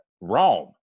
Rome